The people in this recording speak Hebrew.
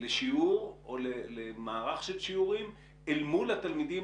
לשיעור או למערך של שיעורים אל מול התלמידים